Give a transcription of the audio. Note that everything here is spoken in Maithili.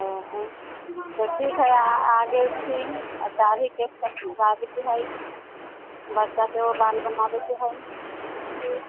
ओ तऽ ठीक हइ आबैत छी दाढ़ी केश कटवाबयके हइ बच्चाके सेहो बाल बनाबयके हइ